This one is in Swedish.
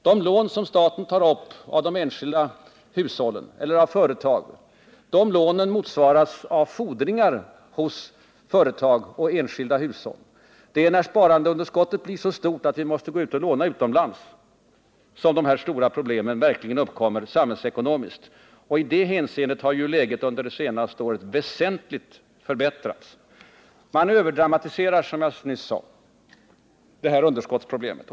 De lån som staten tar upp av de enskilda hushållen eller av företagen motsvaras av fordringar hos företag och enskilda hushåll. Det är när sparandeunderskottet blir så stort att vi måste låna utomlands som de stora problemen för samhällsekonomin uppkommer. I det hänseendet har läget under det senaste året väsentligt förbättrats. Man överdramatiserar underskottsproblemet, som jag nyss sade.